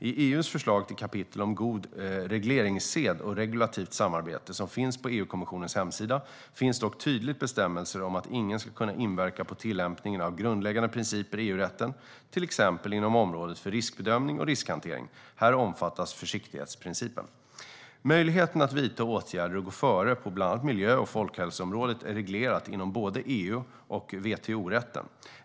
I EU:s förslag till kapitel om god regleringssed och regulativt samarbete, som finns på EU-kommissionens hemsida, finns dock tydliga bestämmelser om att inget ska inverka på tillämpningen av grundläggande principer i EU-rätten, till exempel inom området för riskbedömning och riskhantering. Här omfattas försiktighetsprincipen. Möjligheten att vidta åtgärder och gå före på bland annat miljö och folkhälsoområdet är reglerad inom både EU och WTO-rätten.